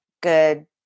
Good